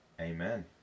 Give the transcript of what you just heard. amen